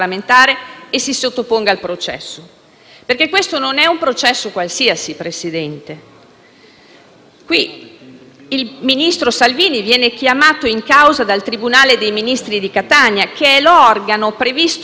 il ministro Salvini viene chiamato in causa dal tribunale dei Ministri di Catania, che è l'organo costituzionalmente preposto a vigilare su eventuali reati commessi dal Governo.